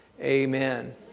Amen